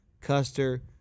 Custer